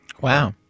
Wow